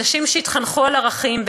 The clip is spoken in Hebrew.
אנשים שהתחנכו על ערכים,